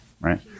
Right